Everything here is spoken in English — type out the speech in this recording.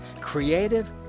creative